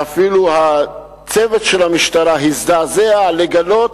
ואפילו הצוות של המשטרה הזדעזע לגלות